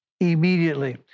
immediately